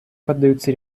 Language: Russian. поддаются